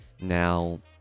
Now